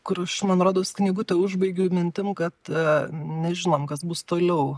kur aš man rodos knygutę užbaigiu mintim kad nežinom kas bus toliau